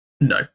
No